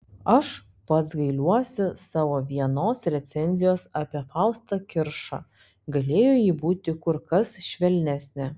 aš pats gailiuosi savo vienos recenzijos apie faustą kiršą galėjo ji būti kur kas švelnesnė